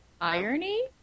Irony